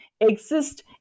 exist